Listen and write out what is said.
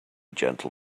gentle